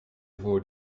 vos